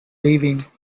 leaving